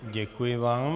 Děkuji vám.